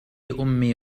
أمي